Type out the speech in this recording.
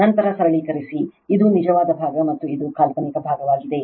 ನಂತರ ಸರಳೀಕರಿಸಿ ಇದು ನಿಜವಾದ ಭಾಗ ಮತ್ತು ಇದು ಕಾಲ್ಪನಿಕ ಭಾಗವಾಗಿದೆ